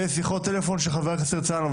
ושיחות טלפון של חבר הכנסת הרצנו,